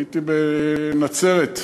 הייתי בנצרת,